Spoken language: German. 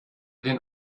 den